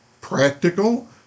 practical